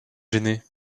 gêner